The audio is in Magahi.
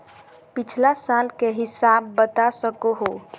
पिछला साल के हिसाब बता सको हो?